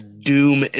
doom